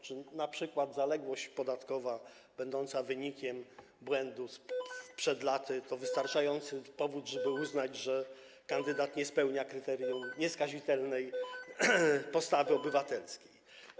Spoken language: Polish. Czy np. zaległość podatkowa będąca wynikiem błędu sprzed lat jest wystarczającym powodem, żeby uznać, iż kandydat nie spełnia kryterium nieskazitelnej postawy obywatelskiej?